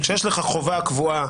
כשיש לך חובה הקבועה